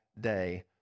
day